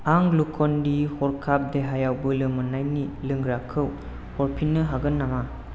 आं Glucon D हरखाब देहायाव बोलो मोन्नायनि लोंग्राखौ हरफिन्नो हागोन नामा